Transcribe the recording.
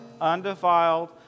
undefiled